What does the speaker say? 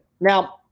Now